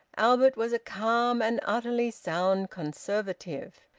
albert was a calm and utterly sound conservative.